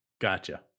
Gotcha